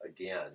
again